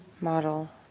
model